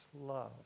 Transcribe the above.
love